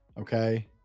Okay